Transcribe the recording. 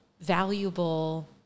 valuable